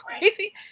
crazy